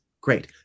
great